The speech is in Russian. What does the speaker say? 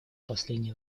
последнее